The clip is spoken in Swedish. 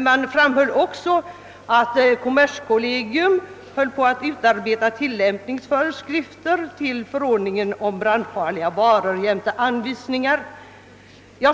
Man framhöll också att kommerskollegium höll på att utarbeta tilllämpningsföreskrifter till förordningen om brandfarliga varor jämte anvisningar.